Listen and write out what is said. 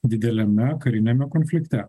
dideliame kariniame konflikte